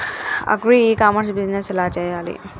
Agri e commerce business ఎలా చెయ్యాలి?